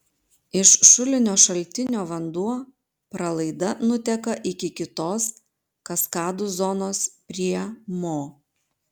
iš šulinio šaltinio vanduo pralaida nuteka iki kitos kaskadų zonos prie mo